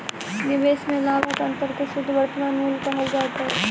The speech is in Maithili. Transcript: निवेश में लाभक अंतर के शुद्ध वर्तमान मूल्य कहल जाइत अछि